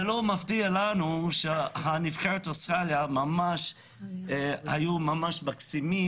זה לא מפריע לנו שנבחרת אוסטרליה היו ממש מקסימים